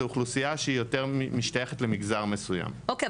אוכלוסייה שמשתייכת למגזר מסוים -- אוקי,